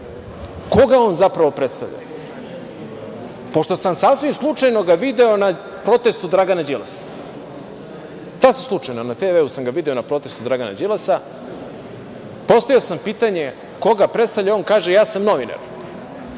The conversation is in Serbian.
koga on zapravo predstavlja. Pošto sam sasvim slučajno ga video na protestu Dragana Đilasa. Sasvim slučajno, na TV sam ga video na protestu Dragana Đilasa, postavio sam pitanje, koga predstavlja. On kaže, ja sam novinar.